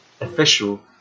official